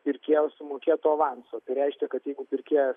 pirkėjo sumokėto avanso tai reiškia kad jeigu pirkėjas